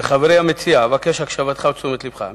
חברי המציע, אבקש את הקשבתך ותשומת לבך.